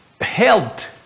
helped